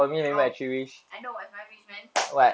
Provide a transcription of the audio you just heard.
oh I know what's my wish man